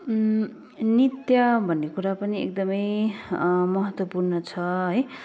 नृत्य भन्ने कुरा पनि एकदमै महत्त्वपूर्ण छ है